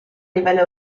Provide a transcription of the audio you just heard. livello